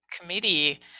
committee